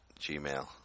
gmail